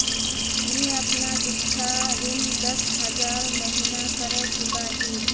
मी अपना सिक्षा ऋण दस हज़ार महिना करे चुकाही